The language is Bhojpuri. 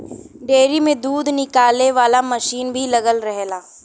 डेयरी में दूध निकाले वाला मसीन भी लगल रहेला